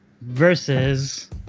versus